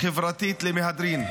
חברתית למהדרין,